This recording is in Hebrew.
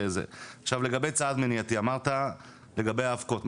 לגבי צעד מניעתי אמרת לגבי האבקות.